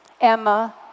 Emma